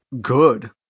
good